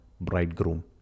bridegroom